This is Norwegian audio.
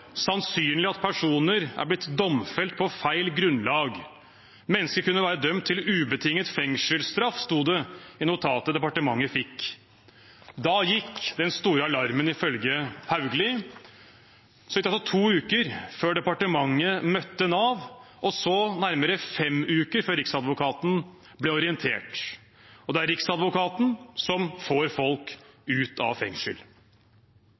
sannsynlig at personer var blitt domfelt på feil grunnlag. Mennesker kunne være dømt til ubetinget fengselsstraff, sto det i notatet departementet fikk. Da gikk den store alarmen, ifølge Hauglie. Så gikk det to uker før departementet møtte Nav, og så nærmere fem uker før Riksadvokaten ble orientert – og det er Riksadvokaten som får folk ut av fengsel.